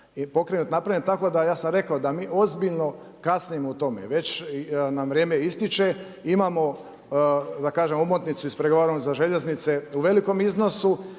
pokrenut, napravljen. Tako da sam ja rekao da mi ozbiljno kasnimo u tome, već na vrijeme ističe. Imamo ispregovaranu omotnicu za željeznice u velikom iznosu